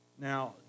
Now